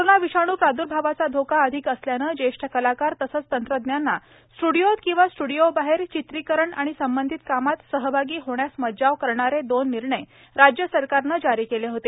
corona विषाणू प्रादुर्भावाचा धोका अधिक असल्यानं ज्येष्ठ कलाकार तसंच तंत्रज्ञांना स्ट्डिओत किंवा स्ट्डिओबाहेर चित्रीकरण आणि संबंधित कामात सहभागी होण्यास मज्जाव करणारे दोन निर्णय राज्य सरकारने जारी केले होते